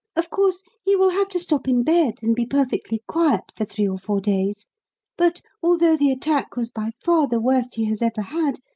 of course, he will have to stop in bed and be perfectly quiet for three or four days but, although the attack was by far the worst he has ever had,